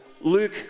Luke